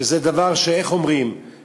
שזה דבר שלא בידנו,